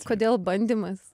kodėl bandymas